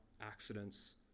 accidents